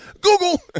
Google